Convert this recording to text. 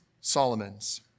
Solomon's